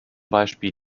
beispiel